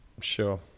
sure